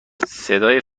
صدای